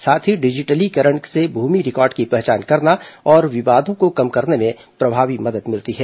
साथ ही डिजिटलीकरण से भूमि रिकॉर्ड की पहचान करना और विवादों को कम करने में प्रभावी मदद मिली है